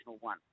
one